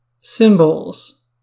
Symbols